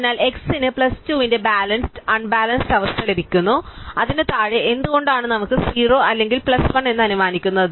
അതിനാൽ x ന് plus 2 ന്റെ ബാലൻസ്ഡ് അൺബാലൻസ്ഡ് അവസ്ഥ ലഭിക്കുന്നു അതിനു താഴെ എന്തുകൊണ്ടാണ് നമുക്ക് 0 അല്ലെങ്കിൽ പ്ലസ് 1 എന്ന് അനുമാനിക്കുന്നത്